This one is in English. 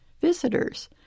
Visitors